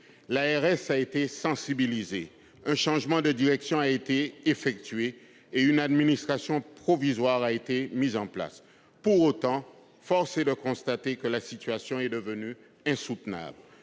(ARS) a été sensibilisée ; un changement de direction a été effectué et une administration provisoire a été mise en place. Pour autant, force est de constater que la situation est devenue insoutenable.